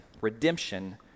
Redemption